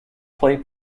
play